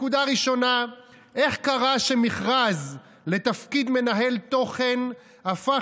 1. איך קרה שמכרז לתפקיד מנהל תוכן הפך